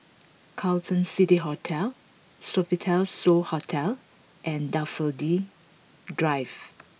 Carlton City Hotel Sofitel So Hotel and Daffodil Drive